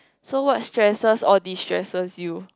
so what stresses or destresses you